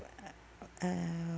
uh